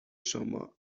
شما